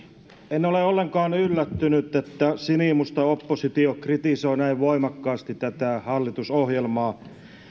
en ole ollenkaan yllättynyt että sinimusta oppositio kritisoi näin voimakkaasti tätä hallitusohjelmaa